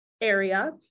area